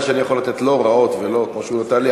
שאני יכול לתת לו הוראות ולא כמו שהוא נתן לי.